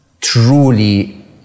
truly